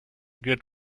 good